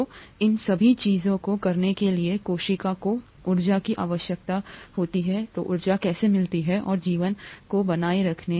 तो इन सभी चीजों को करने के लिए कोशिका को आवश्यक ऊर्जा कैसे मिलती है और जीवन को बनाए रखें